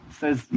says